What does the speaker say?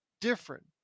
different